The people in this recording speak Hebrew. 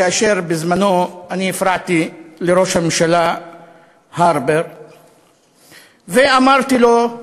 כאשר בזמנו אני הפרעתי לראש הממשלה הרפר ואמרתי לו,